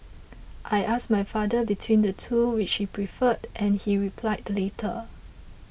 I asked my father between the two which he preferred and he replied the latter